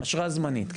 אשרה זמנית.